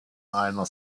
einer